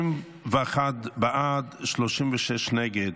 51 בעד, 36 נגד,